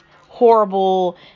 horrible